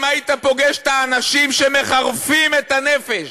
אם היית פוגש את האנשים שמחרפים את הנפש